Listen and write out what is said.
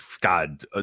God